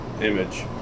image